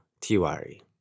Tiwari